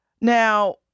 Now